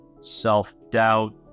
self-doubt